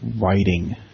writing